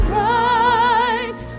right